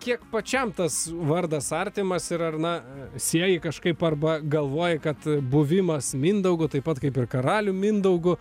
kiek pačiam tas vardas artimas ir ar na sieji kažkaip arba galvoji kad buvimas mindaugu taip pat kaip ir karalium mindaugu